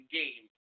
game